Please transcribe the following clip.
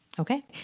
Okay